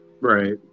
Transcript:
Right